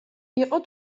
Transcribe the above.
იყო